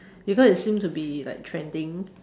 because it seem to be like trending